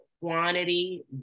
quantity